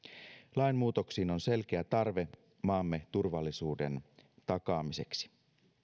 lainmuutoksiin on selkeä tarve maamme turvallisuuden takaamiseksi